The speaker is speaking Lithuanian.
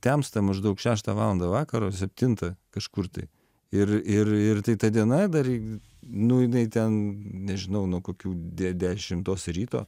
temsta maždaug šeštą valandą vakaro septintą kažkur tai ir ir ir tai ta diena dar nu jinai ten nežinau nuo kokių dešimtos ryto